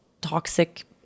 toxic